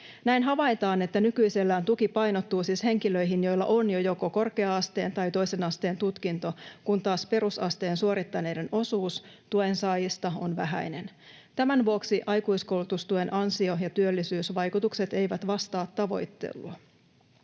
Näin havaitaan, että nykyisellään tuki painottuu siis henkilöihin, joilla on jo joko korkea-asteen tai toisen asteen tutkinto, kun taas perusasteen suorittaneiden osuus tuen saajista on vähäinen. Tämän vuoksi aikuiskoulutustuen ansio- ja työllisyysvaikutukset eivät vastaa tavoitetta.